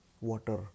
water